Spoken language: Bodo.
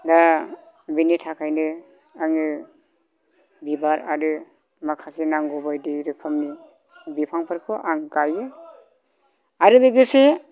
दा बिनि थाखायनो आङो बिबार आरो माखासे नांगौबायदि रोखोमनि बिफांफोरखौ आं गायो आरो लोगोसे